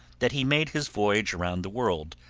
that he made his voyage around the world.